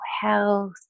health